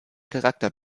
charakter